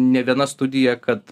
ne viena studija kad